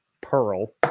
Pearl